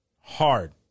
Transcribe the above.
hard